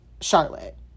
Charlotte